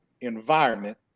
environment